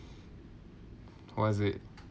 how is it